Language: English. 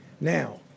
Now